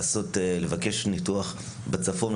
לבקש ניתוח בצפון,